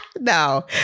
no